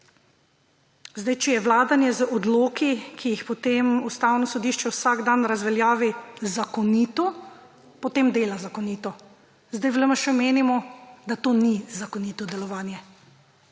– če je vladanje z odloki, ki jih potem Ustavno sodišče vsak dan razveljavi, zakonito, potem dela zakonito. V LMŠ menimo, da to ni zakonito delovanje.